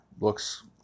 looks